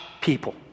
people